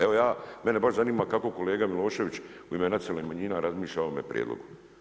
Evo ja, mene baš zanima kako kolega Milošević u ime nacionalnih manjina razmišlja o ovome prijedlogu.